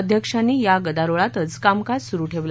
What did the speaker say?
अध्यक्षांनी या गदारोळातच कामकाज सुरु ठेवलं